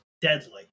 deadly